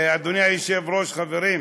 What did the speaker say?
אדוני היושב-ראש, חברים,